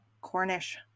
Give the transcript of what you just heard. Cornish